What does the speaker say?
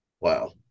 Wow